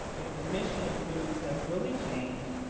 if the mission of news has really changed,